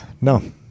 No